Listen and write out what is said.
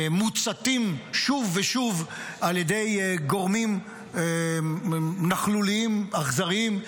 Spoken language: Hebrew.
מוצתים שוב ושוב על ידי גורמים נכלוליים, אכזריים,